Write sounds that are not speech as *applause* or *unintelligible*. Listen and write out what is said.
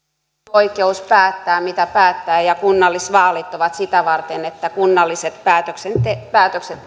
oikeus päättää mitä päättävät ja kunnallisvaalit ovat sitä varten että kunnalliset päätökset *unintelligible*